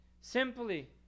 Simply